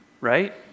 right